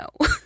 No